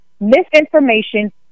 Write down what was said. misinformation